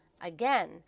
Again